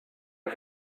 for